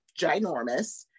ginormous